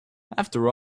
after